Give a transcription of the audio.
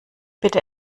bitte